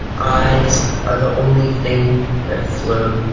eyes are the only thing that float.